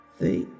They